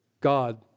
God